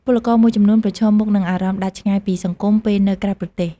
ពលករមួយចំនួនប្រឈមមុខនឹងអារម្មណ៍ដាច់ឆ្ងាយពីសង្គមពេលនៅក្រៅប្រទេស។